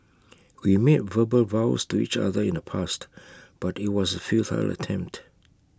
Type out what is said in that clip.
we made verbal vows to each other in the past but IT was A futile attempt